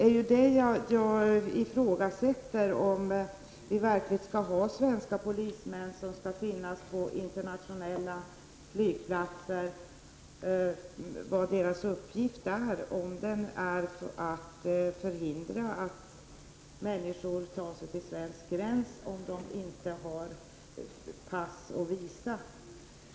Jag ifrågasätter om det verkligen skall finnas svenska polismän på internationella flygplatser. Vilken uppgift har de? Skall poliserna hindra att människor tar sig till svensk gräns om de saknar pass och visum?